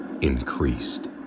increased